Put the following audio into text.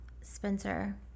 Spencer